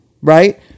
right